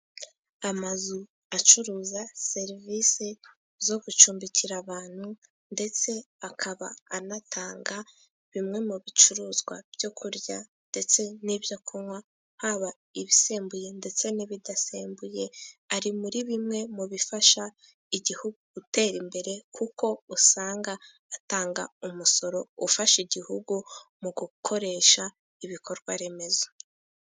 Amazu acuruza serivisi zo gucumbikira abantu. Ndetse akaba anatanga bimwe mu bicuruzwa byo kurya, ndetse n'ibyo kunywa, haba ibisembuye ndetse n'ibidasembuye. Ari muri bimwe mu bifasha igihugu gutera imbere. Kuko usanga atanga umusoro ufasha igihugu mu gukoresha ibikorwaremezo.